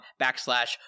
backslash